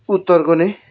उत्तरको नै